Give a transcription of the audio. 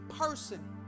person